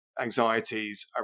anxieties